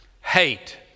hate